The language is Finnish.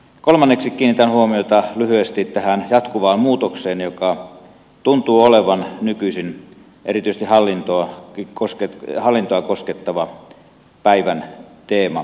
kolmanneksi kiinnitän huomiota lyhyesti tähän jatkuvaan muutokseen joka tuntuu olevan nykyisin erityisesti hallintoa koskettava päivän teema